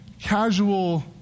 casual